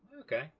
Okay